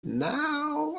now